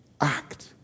act